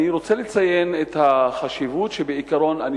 אני רוצה לציין את החשיבות שבעיקרון.